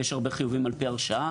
יש הרבה חיובים על פי הרשאה.